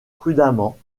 prudemment